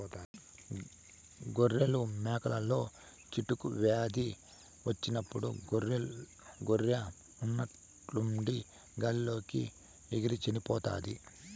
గొర్రెలు, మేకలలో చిటుకు వ్యాధి వచ్చినప్పుడు గొర్రె ఉన్నట్టుండి గాలి లోకి ఎగిరి చనిపోతాది